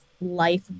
life